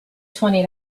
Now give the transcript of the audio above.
twenty